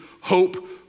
hope